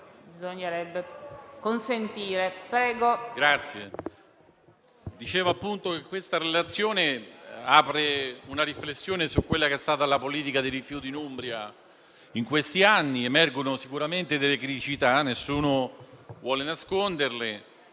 Dicevo che questa relazione apre una riflessione sulla politica dei rifiuti in Umbria di questi anni. Emergono sicuramente delle criticità, nessuno vuole nasconderle,